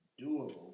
doable